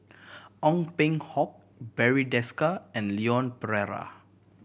Ong Peng Hock Barry Desker and Leon Perera